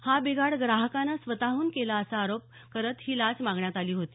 हा बिघाड ग्राहकानं स्वतहून केला असा आरोप करंत ही लाच मागण्यात आली होती